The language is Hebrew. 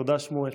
תודה, שמואל.